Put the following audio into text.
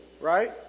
right